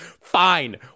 fine